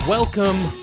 Welcome